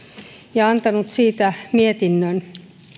ja antanut siitä mietinnön